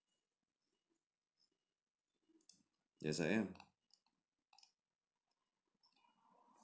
yes I am